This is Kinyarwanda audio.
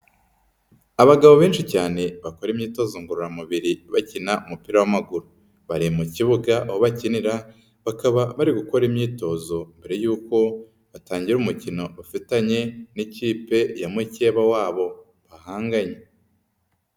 Abagabo benshi cyane bakora imyitozo ngororamubiri bakina umupira w'amaguru. Bari mu kibuga bakinira, bakaba bari gukora imyitozo mbere y'uko batangira umukino bafitanye n'ikipe ya mukeba wabo bahanganye.